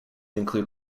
include